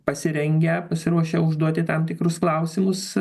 pasirengę pasiruošę užduoti tam tikrus klausimus